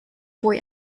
boy